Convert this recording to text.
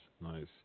nice